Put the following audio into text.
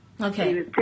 Okay